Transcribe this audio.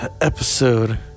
episode